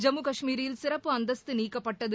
ஜம்மு கஷ்மீரில் சிறப்பு அந்தஸ்து நீக்கப்பட்டது